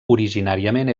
originàriament